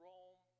Rome